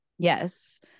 Yes